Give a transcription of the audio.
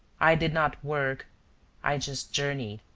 i did not work i just journeyed,